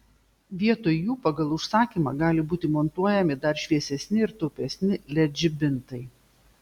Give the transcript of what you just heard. vietoj jų pagal užsakymą gali būti montuojami dar šviesesni ir taupesni led žibintai